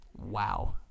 Wow